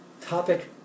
topic